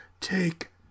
take